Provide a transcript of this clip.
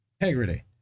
Integrity